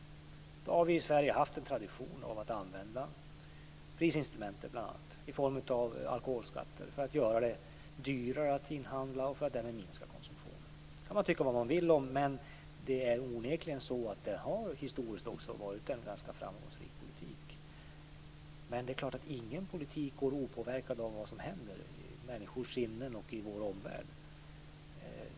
I Sverige har vi haft en tradition av att använda prisinstrumentet, bl.a. i form av alkoholskatter för att göra det dyrare att inhandla och för att även minska konsumtionen. Man kan tycka vad man vill om det, men onekligen har det historiskt varit en ganska framgångsrik politik. Ingen politik är förstås opåverkad av vad som händer i människors sinnen och i vår omvärld.